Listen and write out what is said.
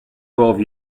twelve